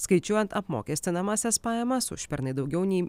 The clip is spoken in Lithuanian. skaičiuojant apmokestinamąsias pajamas užpernai daugiau nei